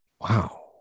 Wow